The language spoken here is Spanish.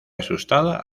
asustada